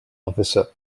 officer